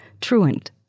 truant